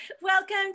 Welcome